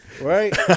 right